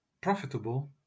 profitable